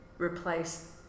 replace